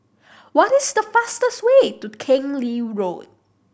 what is the best way to Keng Lee Road